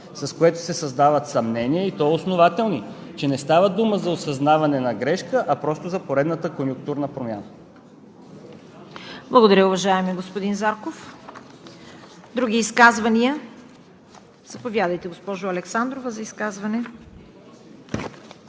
с което се създават съмнения, и то основателни, че не става дума за осъзнаване на грешка, а просто за поредната конюнктурна промяна. ПРЕДСЕДАТЕЛ ЦВЕТА КАРАЯНЧЕВА: Благодаря, уважаеми господин Зарков. Други изказвания? Заповядайте, госпожо Александрова, за изказване.